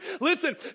listen